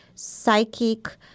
Psychic